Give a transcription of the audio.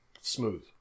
smooth